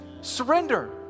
Surrender